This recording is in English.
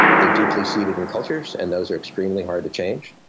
they are deeply seated in cultures and those are extremely hard to change.